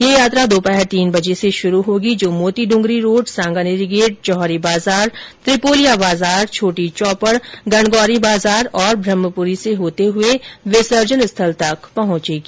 ये यात्रा दोपहर तीन बजे शुरू होगी जो मोतीड़ंगरी रोड सांगानेरी गेट जौहरी बाजार त्रिपोलिया बाजार छोटी चौपड़ गणगौरी बाजार और ब्रह्मपुरी से होते हुए विसर्जन स्थल तक पहुंचेगी